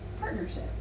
partnership